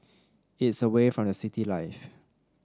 it's away from the city life